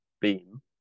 beam